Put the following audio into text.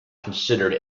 considered